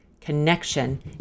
Connection